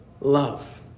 love